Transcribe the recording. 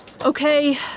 Okay